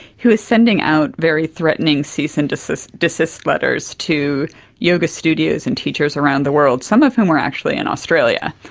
he was sending out very threatening cease and desist desist letters to yoga studios and teachers around the world, some of whom were actually in australia.